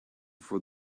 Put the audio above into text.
for